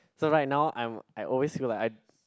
so right now I'm I always feel like I